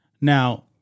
Now